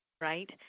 right